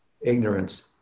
ignorance